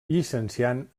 llicenciant